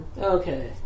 Okay